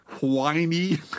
whiny